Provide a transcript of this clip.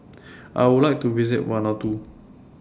I Would like to visit Vanuatu